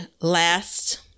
last